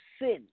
sin